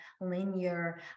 linear